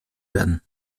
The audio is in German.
werden